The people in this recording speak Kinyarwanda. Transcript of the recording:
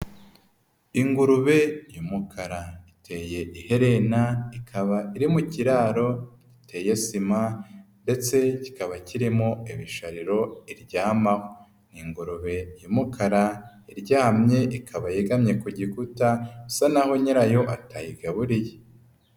Ingurube y'umukara iteye iherna ikaba iri mu kiraro giteye sima ndetse kikaba kirimo imishariro iryamamo ingurube y'umukara iryamye ikaba yegamye ku gikuta, isa naho nyirayo atayigaburiye.